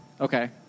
Okay